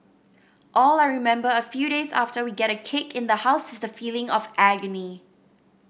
all I remember a few days after we get a cake in the house is the feeling of agony